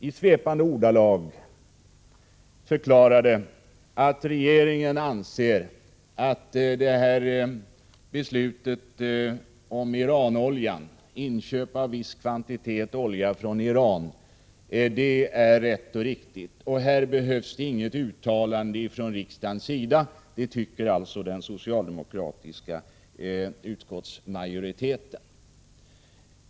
I svepande ordalag förklarade han att man anser att beslutet om inköp av viss kvantitet olja från Iran är rätt och riktigt och att det inte behövs något uttalande från riksdagens sida. Det tycker alltså den socialdemokratiska utskottsmajoriteten.